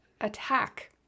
attack